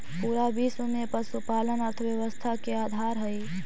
पूरा विश्व में पशुपालन अर्थव्यवस्था के आधार हई